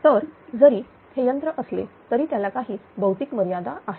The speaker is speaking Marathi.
तर जरी हे यंत्र असले तरी त्याला काही भौतिक मर्यादा आहेत